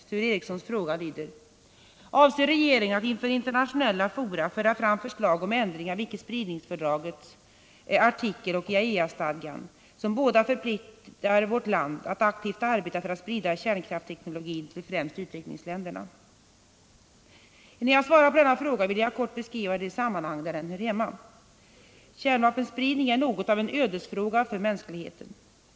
Sture Ericsons fråga lyder: ”Avser regeringen att inför internationella fora föra fram förslag om ändring av icke-spridningsfördragets artikel 4 och IAEA-stadgan, som båda förpliktar vårt land att aktivt arbeta för att sprida kärnkraftteknologin till främst utvecklingsländerna?” Innan jag svarar på denna fråga vill jag kort beskriva de sammanhang där den hör hemma. Kärnvapenspridning är något av en ödesfråga för mänskligheten.